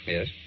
Yes